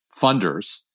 funders